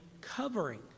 covering